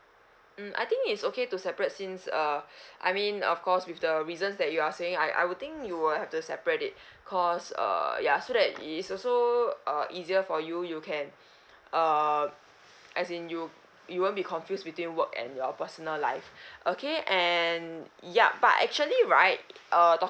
mm I think it's okay to separate since uh I mean of course with the reasons that you are saying I I would think you will have to separate it cause uh ya so that is also uh easier for you you can err as in you you won't be confused between work and your personal life okay and yup but actually right uh tal~